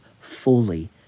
fully